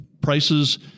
prices